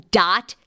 dot